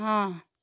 हाँ